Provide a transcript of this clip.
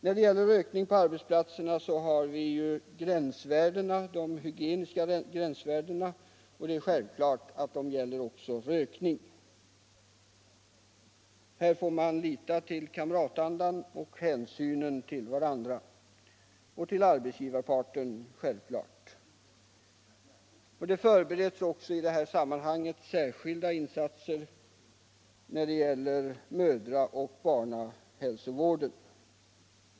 När det gäller rökning på arbetsplatserna finns det hygieniska gränsvärden, och där får man lita till kamratandan och hänsynen till varandra och — det är självklart — till arbetsgivarparten. Det förbereds också särskilda insatser när det gäller mödraoch barnahälsovården.